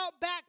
back